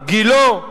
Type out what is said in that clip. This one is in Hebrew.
גילה.